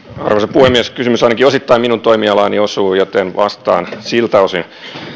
puhemies kysymys ainakin osittain minun toimialaani osuu joten vastaan siltä osin